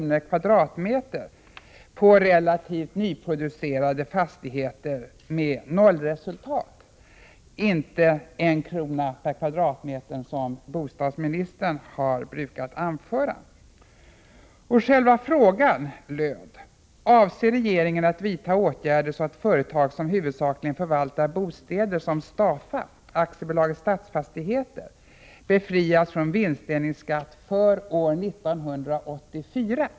per kvadratmeter på relativt nyproducerade fastigheter med nollresultat, inte 1 kr. per kvadratmeter som bostadsministern har brukat göra gällande. Själva frågan löd: Avser regeringen att vidta åtgärder så att företag som huvudsakligen förvaltar bostäder, som Stafa, AB Stadsfastigheter, befrias från vinstdelningsskatt för år 1984?